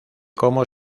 como